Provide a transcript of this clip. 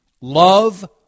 Love